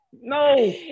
No